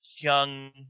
young